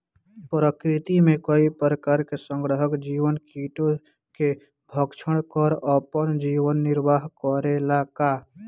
प्रकृति मे कई प्रकार के संहारक जीव कीटो के भक्षन कर आपन जीवन निरवाह करेला का?